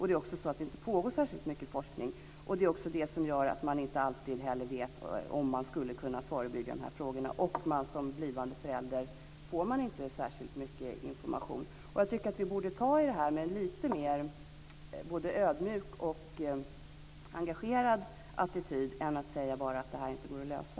Dessutom pågår det inte särskilt mycket forskning, och det gör att man inte alltid vet om man skulle kunna vidta förebyggande åtgärder. Som blivande förälder får man inte särskilt mycket information. Jag tycker att vi borde närma oss det här med en både mera ödmjuk och mera engagerad attityd och inte bara säga att det här inte går att lösa.